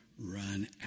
run